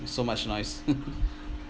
so much noise